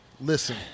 Listen